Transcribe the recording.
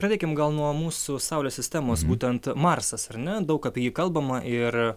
pradėkim gal nuo mūsų saulės sistemos būtent marsas ar ne daug apie jį kalbama ir